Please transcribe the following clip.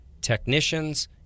technicians